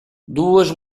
duas